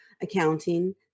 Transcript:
accounting